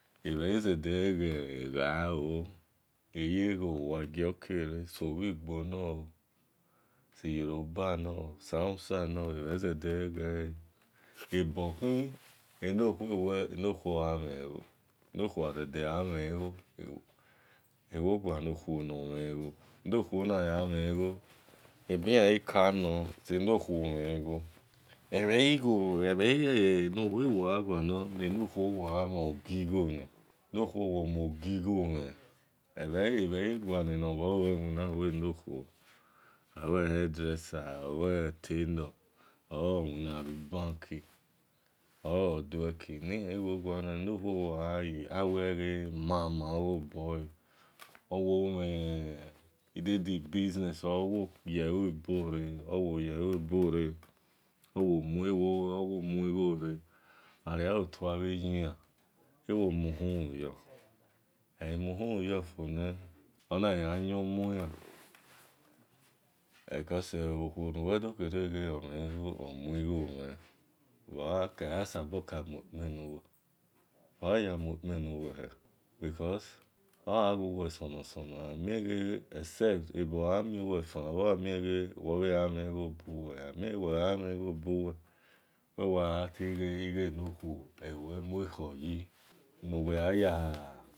Ebhi zede ghe eye gho owa egio ke re-so-obhi igbo no ooo si yoruba nar oo si hausa no oo ebhe zede yegho he ebokhin eno khuo gha mhen igho ebiyan gikano se-eno khuo mhen igho ebha yi ewo gha gualor sene khuo omhen ogi-igho eno khuo wo mico gigho mhon alue hair dresser, alue tailor or awin bhi bank or odueki awe gha eniokhuo wogha ye mama ogho obahe ewe gha idedi business or owoye-eluebore owo mui ghore oghare ayi otue bhi yina, ewo muhumhun yo egama humuyo foni oni ghi gha yan muyan cos okhu na wekere omuiyo fo nee eya kagha mue kpen nawe bha ya muekpen nuwe he because ogha ghawe sono-sono except ebeyon uni aghamie uwe mha gha mhe igho buwe uwewn tie ighe nokhuo uwe muekhoye nuwe khia yaaa.